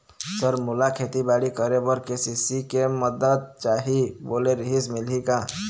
Sir मोला खेतीबाड़ी करेबर के.सी.सी के मंदत चाही बोले रीहिस मिलही का?